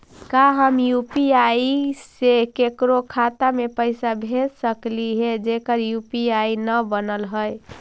का हम यु.पी.आई से केकरो खाता पर पैसा भेज सकली हे जेकर यु.पी.आई न बनल है?